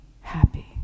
happy